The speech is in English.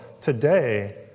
Today